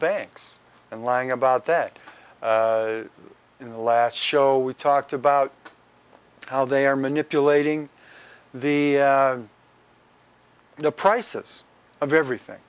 banks and lying about that in the last show we talked about how they are manipulating the prices of everything